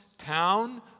Town